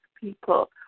people